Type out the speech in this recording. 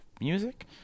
music